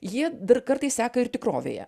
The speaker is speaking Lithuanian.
jie dar kartais seka ir tikrovėje